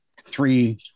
three